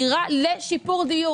דירה לשיפור דיור.